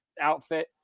Outfit